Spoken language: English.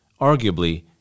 Arguably